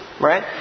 right